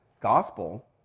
Gospel